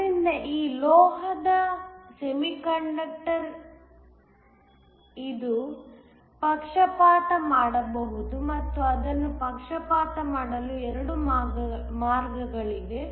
ಆದ್ದರಿಂದ ಈ ಲೋಹದ ಆಕ್ಸೈಡ್ ಸೆಮಿಕಂಡಕ್ಟರ್ ಇದು ಪಕ್ಷಪಾತ ಮಾಡಬಹುದು ಮತ್ತು ಅದನ್ನು ಪಕ್ಷಪಾತ ಮಾಡಲು 2 ಮಾರ್ಗಗಳಿವೆ